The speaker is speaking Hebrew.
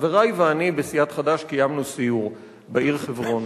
חברי ואני בסיעת חד"ש קיימנו סיור בעיר חברון.